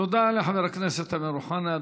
תודה לחבר הכנסת אמיר אוחנה.